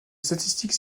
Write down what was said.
statistiques